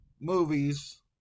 movies